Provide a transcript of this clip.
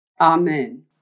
Amen